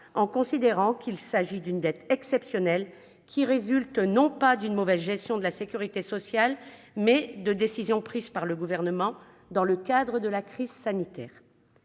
par l'État : il s'agit d'une dette exceptionnelle résultant, non pas d'une mauvaise gestion de la sécurité sociale, mais de décisions prises par le Gouvernement dans le cadre de la crise sanitaire.